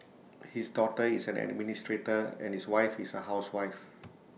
his daughter is an administrator and his wife is A housewife